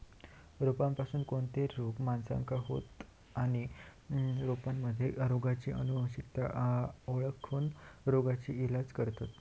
रोपांपासून कोणते रोग माणसाका होतं आणि रोपांमध्ये रोगाची अनुवंशिकता ओळखोन रोगाचा इलाज करतत